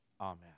Amen